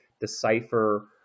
decipher